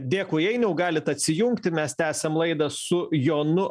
dėkui ainiau galit atsijungti mes tęsiam laidą su jonu